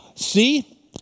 See